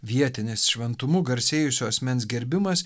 vietinis šventumu garsėjusių asmens gerbimas